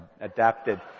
adapted